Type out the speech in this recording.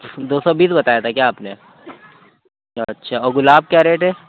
دو سو بیس بتایا تھا کیا آپ نے اچھا اور گُلاب کیا ریٹ ہے